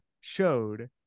showed